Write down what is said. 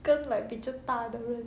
跟 like 比较大的人